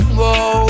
whoa